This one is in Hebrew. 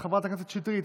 חברת הכנסת וולדיגר,